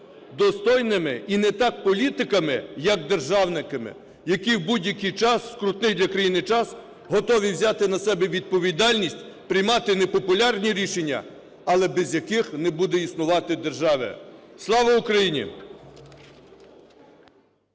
достойними і не так політиками як державниками, які в будь-який час, скрутний для країни час, готові взяти на себе відповідальність приймати непопулярні рішення, але без яких не буде існувати держава. Слава Україні!